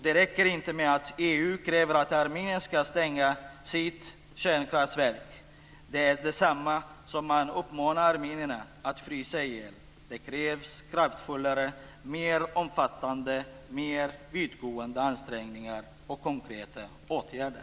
Det räcker inte med att EU kräver att Armenien ska stänga sitt kärnkraftverk. Det är detsamma som att uppmana armenierna att frysa ihjäl. Det krävs kraftfullare, mer omfattande, mer vittgående ansträngningar och konkreta åtgärder.